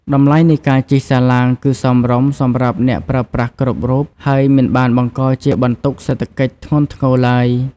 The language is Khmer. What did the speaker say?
តម្លៃនៃការជិះសាឡាងគឺសមរម្យសម្រាប់អ្នកប្រើប្រាស់គ្រប់រូបហើយមិនបានបង្កជាបន្ទុកសេដ្ឋកិច្ចធ្ងន់ធ្ងរឡើយ។